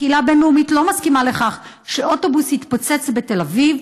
הקהילה הבין-לאומית לא מסכימה לכך שאוטובוס יתפוצץ בתל אביב,